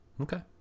okay